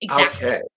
Okay